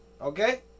okay